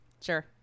sure